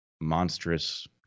monstrous